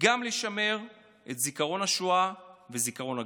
גם לשמר את זיכרון השואה וזיכרון הגבורה.